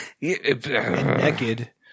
naked